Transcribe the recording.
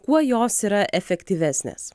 kuo jos yra efektyvesnės